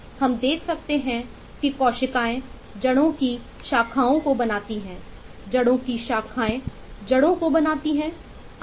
हम देख सकते हैं की कोशिकाएं जड़ों की शाखाओं को बनाती हैंजड़ों की शाखाएं जड़ों को बनाती है आदि